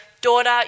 Daughter